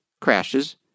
crashes